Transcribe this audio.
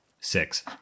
six